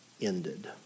ended